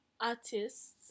artists